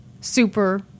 Super